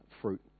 fruit